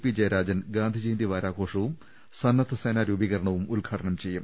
P Jayarajan Gandhi Jayanti വാരാഘോഷവും സന്നദ്ധസേനാ രൂപീകരണവും ഉദ്ഘാടനം ചെയ്യും